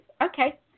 Okay